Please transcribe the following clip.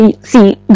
See